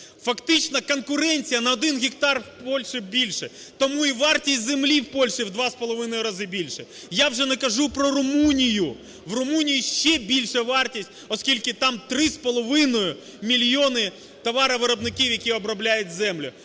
Фактично конкуренція на 1 гектар в Польщі більша, тому і вартість землі в Польщі в два з половиною рази більша. Я вже не кажу про Румунію, в Румунії ще більша вартість, оскільки там три з половиною мільйони товаровиробників, які обробляють землю.